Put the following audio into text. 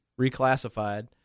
reclassified